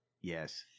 Yes